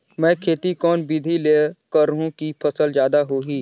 मै खेती कोन बिधी ल करहु कि फसल जादा होही